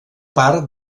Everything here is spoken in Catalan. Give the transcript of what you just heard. part